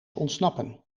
ontsnappen